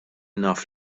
naf